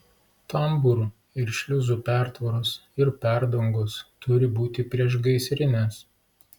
tambūrų ir šliuzų pertvaros ir perdangos turi būti priešgaisrinės